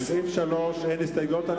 לסעיף 3 אין הסתייגויות.